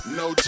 no